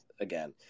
again